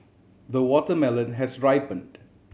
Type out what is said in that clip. the watermelon has ripened